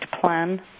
plan